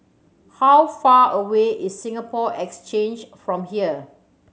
how far away is Singapore Exchange from here